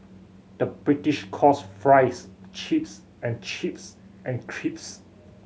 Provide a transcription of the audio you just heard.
the British calls fries chips and chips and